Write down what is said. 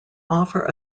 offer